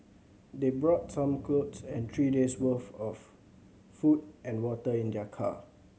they brought some clothes and three days' worth of food and water in their car